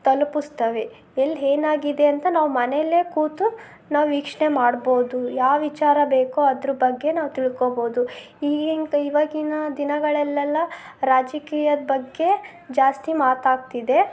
ತಲುಪಿಸ್ತವೆ ಎಲ್ಲಿ ಏನಾಗಿದೆ ಅಂತ ನಾವು ಮನೆಯಲ್ಲೇ ಕೂತು ನಾವು ವೀಕ್ಷಣೆ ಮಾಡ್ಬೋದು ಯಾವ ವಿಚಾರ ಬೇಕೋ ಅದ್ರ ಬಗ್ಗೆ ನಾವು ತಿಳ್ಕೋಬೋದು ಈ ಇವಾಗಿನ ದಿನಗಳಲ್ಲೆಲ್ಲ ರಾಜಕೀಯದ ಬಗ್ಗೆ ಜಾಸ್ತಿ ಮಾತಾಗ್ತಿದೆ